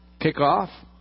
kickoff